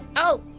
oh.